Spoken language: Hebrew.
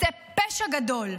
עושה פשע גדול,